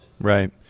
Right